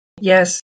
Yes